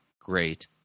great